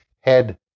head